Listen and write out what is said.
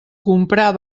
comprar